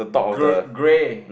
gr~ grey